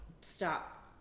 stop